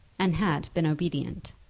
and had been obedient.